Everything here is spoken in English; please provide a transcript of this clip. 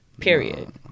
Period